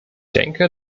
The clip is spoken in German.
denke